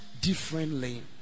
differently